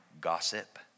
gossip